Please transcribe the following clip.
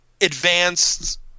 advanced